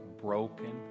broken